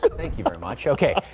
like thank you but much okay,